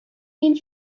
این